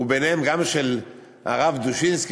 וביניהם גם הרב דושינסקי,